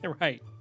Right